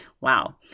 Wow